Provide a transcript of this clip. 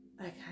Okay